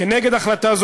כנגד החלטה זו,